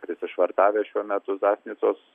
prisišvartavę šiuo metu zasnicos